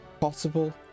possible